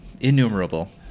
Innumerable